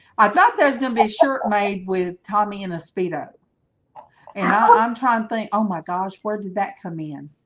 i thought there's gonna be shirt made with tommy and a speedo and i'm trying to think. oh my gosh, where did that come in?